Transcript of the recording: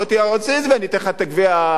בוא תהיה מנוי אצלי ואני אתן לך את גביע עולם,